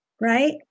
right